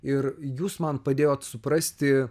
ir jūs man padėjot suprasti